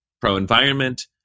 pro-environment